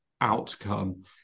outcome